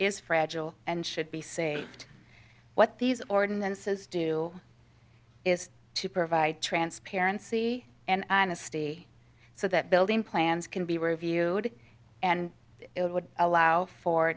is fragile and should be saved what these ordinances do is to provide transparency and honesty so that building plans can be reviewed and it would allow for